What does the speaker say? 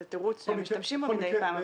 זה תירוץ שמשתמשים בו מדי פעם,